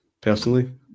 personally